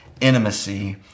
intimacy